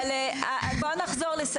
אבל, בואו נחזור.